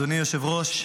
אדוני היושב-ראש,